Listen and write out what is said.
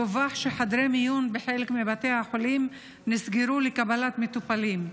דווח שחדרי מיון בחלק מבתי החולים נסגרו לקבלת מטופלים.